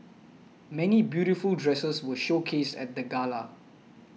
many beautiful dresses were showcased at the gala